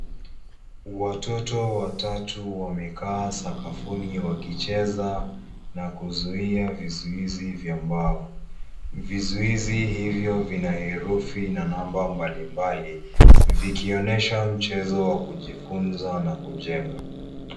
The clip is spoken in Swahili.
Watoto watatu wamikaa sakafuni, wakicheza na kuzuia vizuizi vya mbao. Vizuizi hivy, vina herufi na namba mbalimbali, vikionesha mchezo wa kujifunza na kujenga.